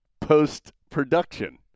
post-production